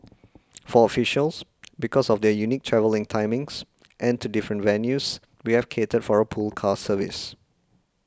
for officials because of their unique travelling timings and to different venues we have catered for a pool car service